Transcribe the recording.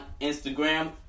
Instagram